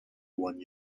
one